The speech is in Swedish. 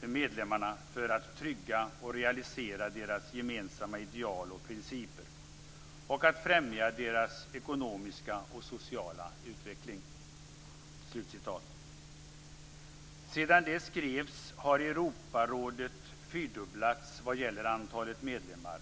medlemmarna, för att trygga och realisera deras gemensamma ideal och principer och att främja deras ekonomiska och sociala utveckling". Sedan det skrevs har Europarådet fyrdubblats vad gäller antalet medlemmar.